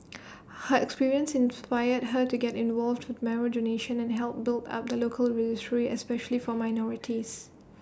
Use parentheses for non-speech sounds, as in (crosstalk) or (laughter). (noise) her experience inspired her to get involved marrow donation and help build up the local registry especially for minorities